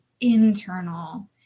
internal